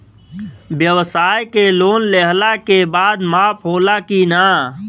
ब्यवसाय के लोन लेहला के बाद माफ़ होला की ना?